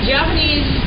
Japanese